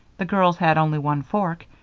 the girls had only one fork,